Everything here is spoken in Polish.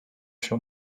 się